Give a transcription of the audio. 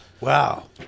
Wow